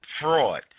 fraud